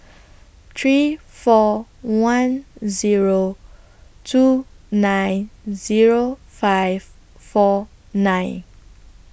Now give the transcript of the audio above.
three four one Zero two nine Zero five four nine